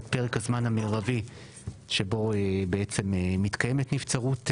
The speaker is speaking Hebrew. את פרק הזמן המרבי שבו בעצם מתקיימת נבצרות,